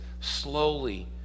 slowly